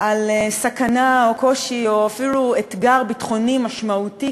על סכנה או קושי או אפילו אתגר ביטחוני משמעותי